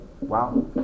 wow